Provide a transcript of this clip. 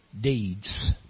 deeds